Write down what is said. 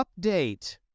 update